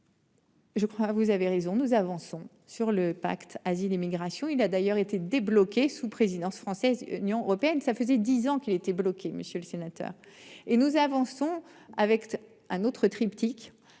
Je crois, vous avez raison, nous avançons sur le pacte Asile et Migration il a d'ailleurs été débloqués sous présidence française, l'Union européenne. Ça faisait 10 ans qu'il était bloqué. Monsieur le sénateur, et nous avançons avec un autre triptyque.